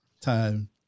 time